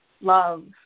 love